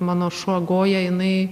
mano šuo goja jinai